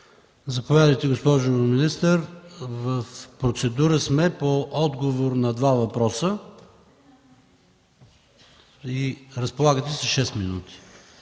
Заповядайте, госпожо министър. В процедура сме по отговор на два въпроса и разполагате с шест минути.